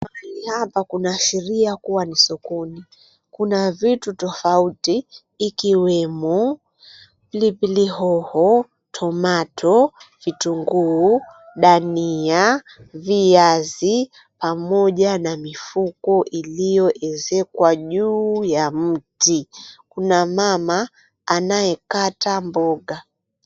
Hapa kunaashiria kuwa ni sokoni kuna vitu tofauti ikiwemo pilipili hoho, tomato , kitunguu, dania, viazi pamoja na mifuko iliyoezekwa juu ya mt, kuna mama anayekata mboga.